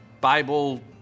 Bible